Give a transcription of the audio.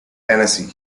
tennessee